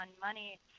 money